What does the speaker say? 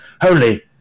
holy